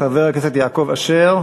חבר הכנסת יעקב אשר,